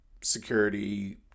security